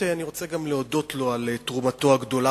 אני רוצה גם להודות לו על תרומתו הגדולה